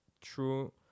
true